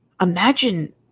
Imagine